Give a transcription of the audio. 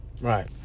Right